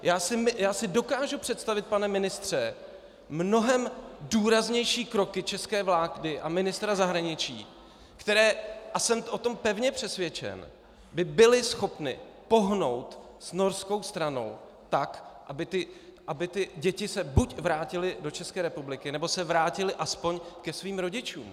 Já si dokážu představit, pane ministře, mnohem důraznější kroky české vlády a ministra zahraničí, které a jsem o tom pevně přesvědčen by byly schopny pohnout s norskou stranou tak, aby děti se buď vrátily do České republiky, nebo se vrátily aspoň ke svým rodičům.